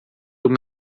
uma